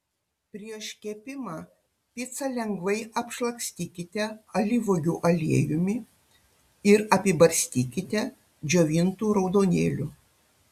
prieš kepimą picą lengvai apšlakstykite alyvuogių aliejumi ir apibarstykite džiovintu raudonėliu